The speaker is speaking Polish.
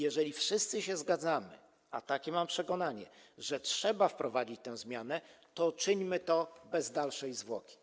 Jeżeli wszyscy się zgadzamy, a takie mam przekonanie, że trzeba wprowadzić tę zmianę, to czyńmy to bez dalszej zwłoki.